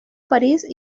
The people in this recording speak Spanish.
parís